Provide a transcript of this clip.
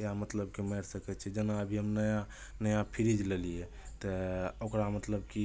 या मतलब कि हमरा सभके छै जेना अभी हमे नया फ्रिज लेलियै तऽ ओकरा मतलब कि